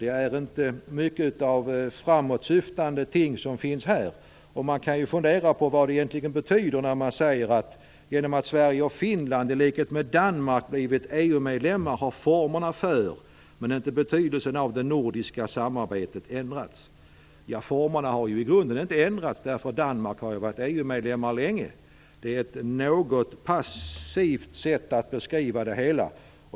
Det är inte mycket av framåtsyftande ting som finns här, och man kan fundera över vad det egentligen betyder när man säger att genom att Sverige och Finland i likhet med Danmark blivit EU-medlemmar har formerna för, men inte betydelsen av, det nordiska samarbetet ändrats. Ja, formerna har ju i grunden inte ändrats. Danmark har ju varit EU-medlem länge. Det är ett något passivt sätt att beskriva det hela.